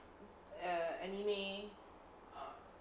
err anime